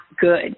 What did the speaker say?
good